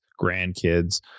grandkids